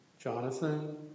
Jonathan